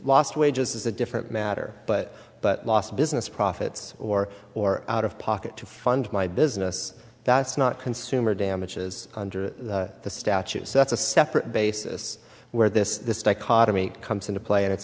lost wages is a different matter but but lost business profits or or out of pocket to fund my business that's not consumer damages under the statute so that's a separate basis where this dichotomy comes into play and it's